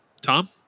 Tom